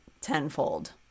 tenfold